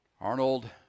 Arnold